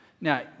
Now